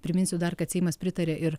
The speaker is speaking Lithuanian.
priminsiu dar kad seimas pritarė ir